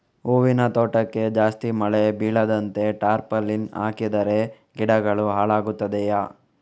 ಹೂವಿನ ತೋಟಕ್ಕೆ ಜಾಸ್ತಿ ಮಳೆ ಬೀಳದಂತೆ ಟಾರ್ಪಾಲಿನ್ ಹಾಕಿದರೆ ಗಿಡಗಳು ಹಾಳಾಗುತ್ತದೆಯಾ?